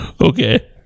Okay